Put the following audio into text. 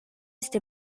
este